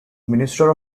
minister